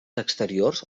exteriors